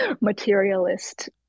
materialist